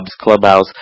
clubhouse